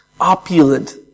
Opulent